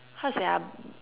how to say ah